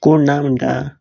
कोण ना म्हण्टा